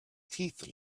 teeth